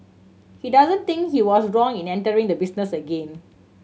he doesn't think he was wrong in entering the business again